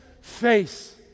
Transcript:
face